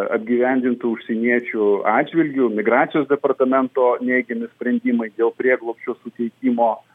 apgyvendintų užsieniečių atžvilgiu migracijos departamento neigiami sprendimai dėl prieglobsčio suteikimo